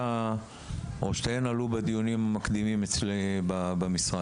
ששתיהן עלו בדיונים המקדימים במשרד.